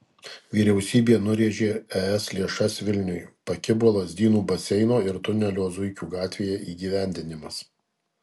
vyriausybė nurėžė es lėšas vilniui pakibo lazdynų baseino ir tunelio zuikių gatvėje įgyvendinimas